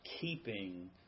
keeping